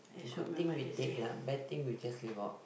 good thing we take lah bad thing we just leave out